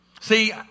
See